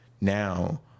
now